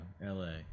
LA